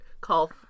call